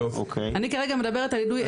אני כרגע מדברת על יידוי אבן.